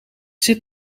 zit